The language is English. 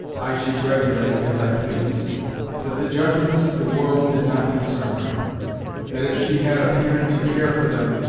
i should regulate as i pleased that the judgments of the world did not concern her that if she had appeared to care for them,